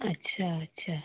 अच्छा अच्छा